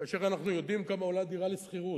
כאשר אנחנו יודעים כמה עולה דירה בשכירות,